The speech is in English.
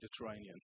Mediterranean